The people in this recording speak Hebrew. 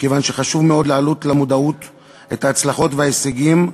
מכיוון שחשוב מאוד להעלות למודעות את ההצלחות וההישגים,